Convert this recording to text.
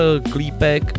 klípek